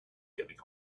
giving